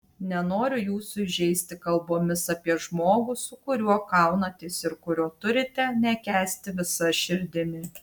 nenoriu jūsų įžeisti kalbomis apie žmogų su kuriuo kaunatės ir kurio turite nekęsti visa širdimi